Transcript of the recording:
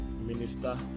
minister